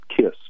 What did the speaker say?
kiss